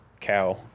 cow